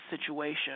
situation